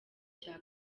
cya